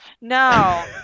No